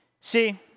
See